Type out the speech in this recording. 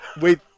Wait